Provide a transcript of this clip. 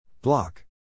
Block